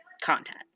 content